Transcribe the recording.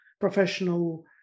professional